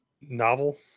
novel